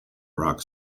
rock